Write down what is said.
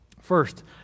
First